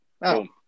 Boom